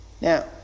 Now